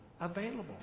available